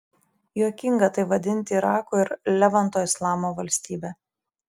juokinga tai vadinti irako ir levanto islamo valstybe